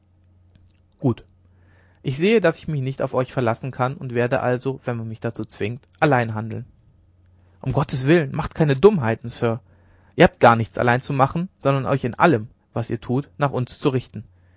gut ich sehe daß ich mich nicht auf euch verlassen kann und werde also wenn man mich dazu zwingt allein handeln um gottes willen macht keine dummheiten sir ihr habt gar nichts allein zu machen sondern euch in allem was ihr tut nach uns zu richten